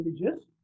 religious